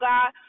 God